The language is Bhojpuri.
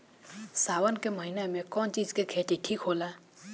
सावन के महिना मे कौन चिज के खेती ठिक होला?